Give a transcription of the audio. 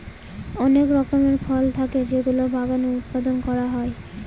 অনেক রকমের ফল থাকে যেগুলো বাগানে উৎপাদন করা হয়